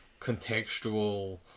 contextual